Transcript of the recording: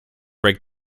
break